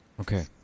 Okay